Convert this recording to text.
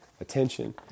attention